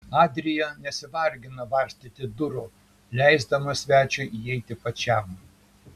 adrija nesivargino varstyti durų leisdama svečiui įeiti pačiam